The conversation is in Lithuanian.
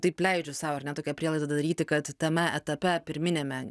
taip leidžiu sau ar ne tokią prielaidą daryti kad tame etape pirminiame